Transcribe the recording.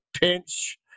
pinch